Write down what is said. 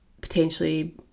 potentially